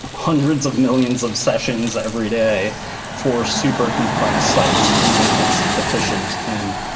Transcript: hundreds of millions of sessions every day for super complex sites in a way that's efficient and